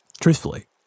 Truthfully